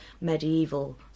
medieval